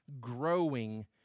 growing